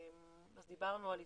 אז דיברנו על התמכרויות.